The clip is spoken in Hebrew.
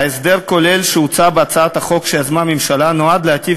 ההסדר הכולל שהוצע בהצעת החוק שיזמה הממשלה נועד להיטיב